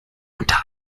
unter